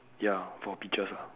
ya four peaches ah